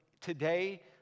today